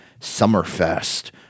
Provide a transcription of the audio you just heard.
Summerfest